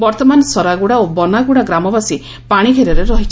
ବର୍ଉମାନ ସରାଗୁଡ଼ା ଓ ବନାଗୁଡ଼ା ଗ୍ରାମବାସୀ ପାଶିଘେରରେ ରହିଛନ୍ତି